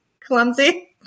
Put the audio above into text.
clumsy